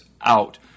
out